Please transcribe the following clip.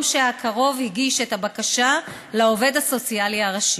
שהקרוב הגיש את הבקשה לעובד הסוציאלי הראשי.